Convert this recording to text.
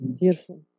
beautiful